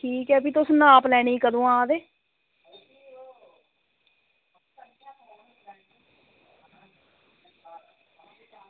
ठीक ऐ भी तुस नाप लैने गी कदूं आवा दे